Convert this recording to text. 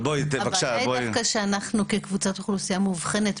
אבל זה דווקא שאנחנו כאוכלוסייה מאובחנת,